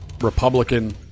Republican